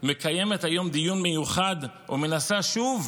מקיימת היום דיון ומנסה שוב: